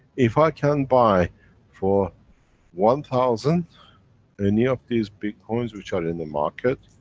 if i can buy for one thousand any of these bitcoins which are in the market,